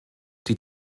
die